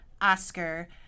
Oscar